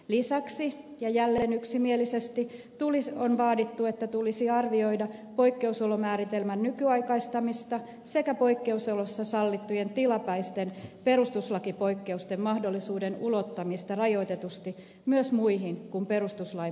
lisäksi ja jälleen yksimielisesti on vaadittu että tulisi arvioida poikkeusolomääritelmän nykyaikaistamista sekä poikkeusoloissa sallittujen tilapäisten perustuslakipoikkeusten mahdollisuuden ulottamista rajoitetusti myös muihin kuin perustuslain perusoikeussäännöksiin